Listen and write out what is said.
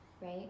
right